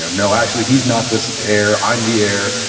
no, actually, he's not this heir, i'm the heir.